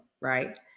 right